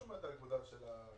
היא תמיד שומרת על כבודה של הכנסת.